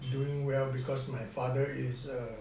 doing well because my father is a